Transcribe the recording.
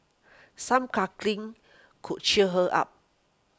some cuddling could cheer her up